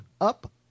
up